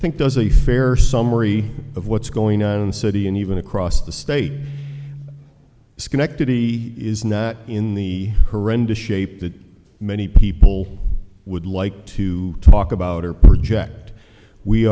think does a fair summary of what's going on in city and even across the state schenectady is not in the horrendous shape that many people would like to talk about or project we